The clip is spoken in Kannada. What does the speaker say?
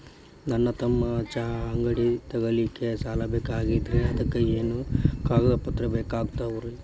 ನನ್ನ ತಮ್ಮಗ ಚಹಾ ಅಂಗಡಿ ತಗಿಲಿಕ್ಕೆ ಸಾಲ ಬೇಕಾಗೆದ್ರಿ ಅದಕ ಏನೇನು ಕಾಗದ ಪತ್ರ ಬೇಕಾಗ್ತವು?